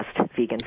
vegan